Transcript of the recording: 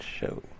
Show